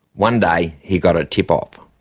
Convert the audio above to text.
one day he got a tip-off.